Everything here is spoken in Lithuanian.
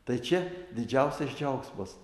tai čia didžiausias džiaugsmas